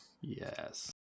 Yes